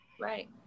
Right